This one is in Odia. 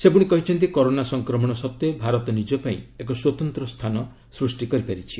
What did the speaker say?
ସେ କହିଛନ୍ତି କରୋନା ସଂକ୍ରମଣ ସତ୍ତ୍ୱେ ଭାରତ ନିଜ ପାଇଁ ଏକ ସ୍ୱତନ୍ତ୍ର ସ୍ଥାନ ସୃଷ୍ଟି କରିପାରିଛି